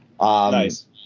Nice